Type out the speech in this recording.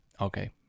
Okay